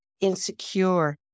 insecure